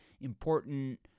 important